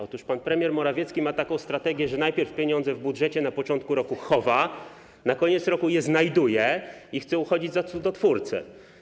Otóż pan premier Morawiecki ma taką strategię, że najpierw pieniądze w budżecie na początku roku chowa, na koniec roku je znajduje i chce uchodzić za cudotwórcę.